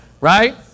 Right